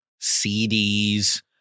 CDs